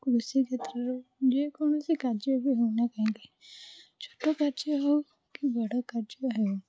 କୃଷିକ୍ଷେତ୍ରରେ ଯେକୌଣସି କାର୍ଯ୍ୟରେ ବି ହେଉନା କାହିଁକି ଛୋଟ କାର୍ଯ୍ୟ ହେଉକି ବଡ଼ କାର୍ଯ୍ୟ ହେଉ